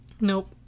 Nope